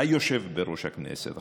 היושב בראש הכנסת עכשיו,